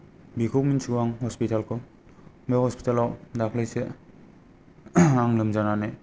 बेखौ मिन्थिगौ आं हस्पितालखौ बे हस्पितालाव दाख्लैसो आं लोमजानानै